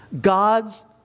God's